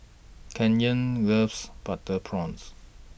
Canyon loves Butter Prawns